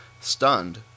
Stunned